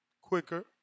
quicker